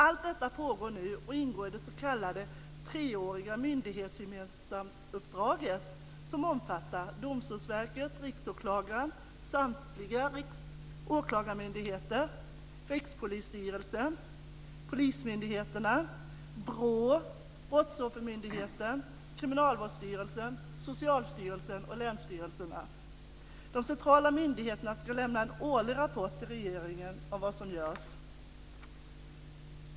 Allt detta pågår nu och ingår i det s.k. treåriga gemensamma myndighetsuppdraget som omfattar BRÅ, Brottsoffermyndigheten, Kriminalvårdsstyrelsen, Socialstyrelsen och länsstyrelserna. De centrala myndigheterna ska lämna en årlig rapport till regeringen om vad som görs.